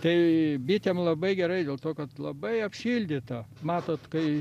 tai bitėm labai gerai dėl to kad labai apšildyta matot kai